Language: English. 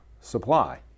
supply